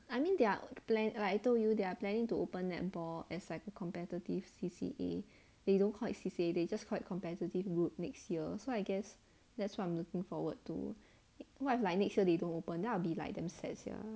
I mean their plan like I told you they are planning to open netball as like a competitive C_C_A they don't call it C_C_A they just call it competitive route next year so I guess that's what I'm looking forward to what if like next year they don't open then I'll be like damn sad sia